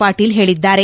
ಪಾಟೀಲ್ ಹೇಳಿದ್ದಾರೆ